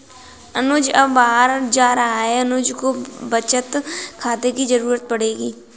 अनुज अब बाहर जा रहा है अनुज को बचत खाते की जरूरत पड़ेगी